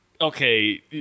Okay